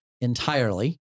entirely